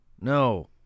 no